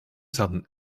zaten